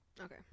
okay